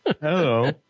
Hello